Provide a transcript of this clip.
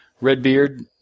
Redbeard